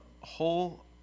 whole